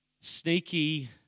Sneaky